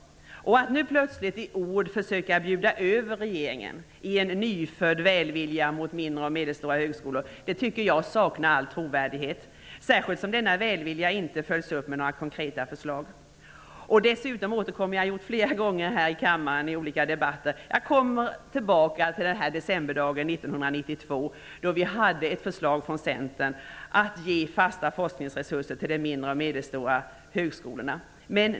Att nu plötsligt i ord försöka bjuda över regeringen i en nyfödd välvilja mot mindre och medelstora högskolor tycker jag saknar all trovärdighet, särskilt som denna välvilja inte följs upp med några konkreta förslag. Jag återkommer till den decemberdag 1992 -- det har jag gjort flera gånger här i kammaren i olika debatter -- då vi hade att ta ställning till ett förslag från Centern om att ge fasta forskningsresurser till de mindre och medelstora högskolorna.